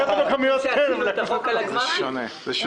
זה שונה.